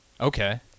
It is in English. Okay